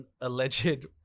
alleged